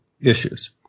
issues